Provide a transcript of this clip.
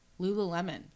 Lululemon